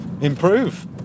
improve